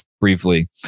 briefly